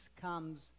comes